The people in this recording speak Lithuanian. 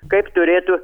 kaip turėtų